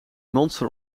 monster